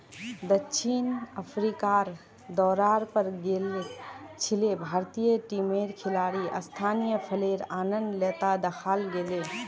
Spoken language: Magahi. दक्षिण अफ्रीकार दौरार पर गेल छिले भारतीय टीमेर खिलाड़ी स्थानीय फलेर आनंद ले त दखाल गेले